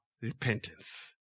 repentance